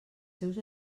seus